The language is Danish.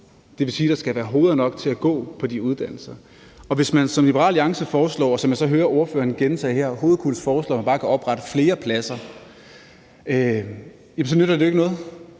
Det vil sige, at der skal være nok til at gå på de uddannelser. Og hvis man, som Liberal Alliance foreslår, og som jeg så hører ordføreren gentage her, hovedkulds foreslår, at man bare kan oprette flere pladser, jamen så nytter det jo ikke noget